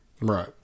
Right